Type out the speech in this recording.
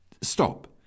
Stop